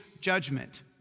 judgment